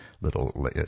little